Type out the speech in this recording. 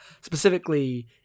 specifically